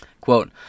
Quote